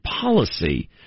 policy